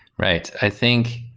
right. i think,